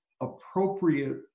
appropriate